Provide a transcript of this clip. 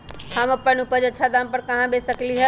हम अपन उपज अच्छा दाम पर कहाँ बेच सकीले ह?